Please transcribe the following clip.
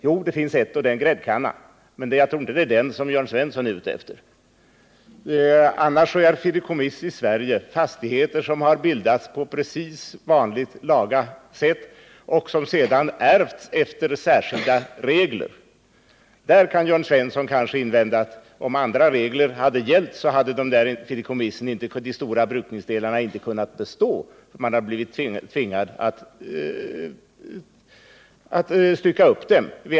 Jo, det finns ett, nämligen en gräddkanna. Men jag tror inte att det är den som Jörn Svensson är ute efter. Annars består fideikommissen i Sverige av fastigheter, som har bildats på laga sätt och som sedan harärvts efter särskilda regler. Där kan Jörn Svensson kanske invända att om andra regler hade gällt, hade de stora brukningsdelarna inte kunnat bestå, utan man hade blivit tvingad att stycka upp dem.